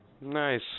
Nice